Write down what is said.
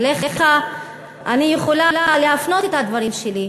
אליך אני יכולה להפנות את הדברים שלי,